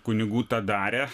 kunigų tą darė